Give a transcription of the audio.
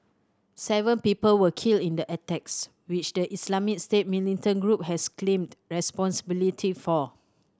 seven people were killed in the attacks which the Islamic State militant group has claimed responsibility for